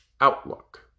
outlook